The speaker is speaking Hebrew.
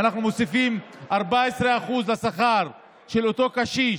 אנחנו מוסיפים 14% לשכר של אותו קשיש,